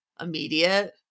immediate